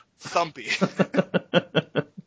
thumpy